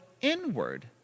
inward